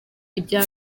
ibya